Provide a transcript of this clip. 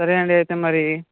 సరే అండి అయితే మరి